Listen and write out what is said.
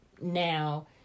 now